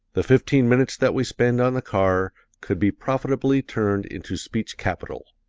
the fifteen minutes that we spend on the car could be profitably turned into speech-capital.